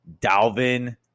Dalvin